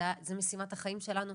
זאת משימת החיים שלנו.